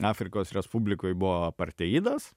afrikos respublikoj buvo apartheidas